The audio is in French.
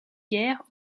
guerres